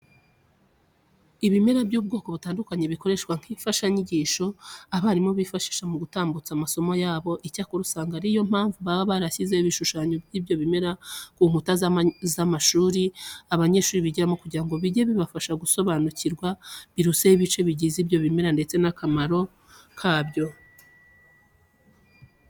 Ibimera by'ubwoko butandukanye bikoreshwa nk'imfashanyigisho abarimu bifashisha mu gutambutsa amasomo yabo. Icyakora, usanga ari yo mpamvu baba barashyize ibishushanyo by'ibyo bimera ku nkuta z'amashuri abanyeshuri bigiramo kugira ngo bijye bibafasha gusobanukirwa biruseho ibice bigize ibyo bimera ndetse n'akamaro kabyo.